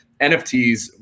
nfts